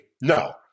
no